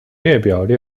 列表